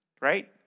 Right